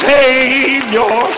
Savior